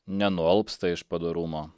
nenualpsta iš padorumo